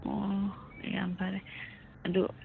ꯑꯣ ꯌꯥꯝ ꯐꯔꯦ ꯑꯗꯨ